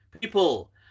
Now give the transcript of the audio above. people